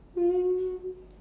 um